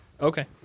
Okay